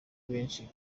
benshi